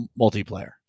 multiplayer